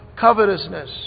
covetousness